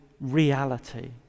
reality